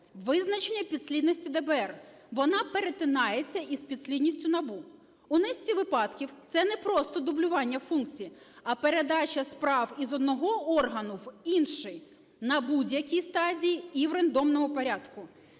визначення підслідності ДБР. Вона перетинається із підслідністю НАБУ. У низці випадків це не просто дублювання функцій, а передача справ із одного органу в інший на будь-якій стадії і в рандомному порядку.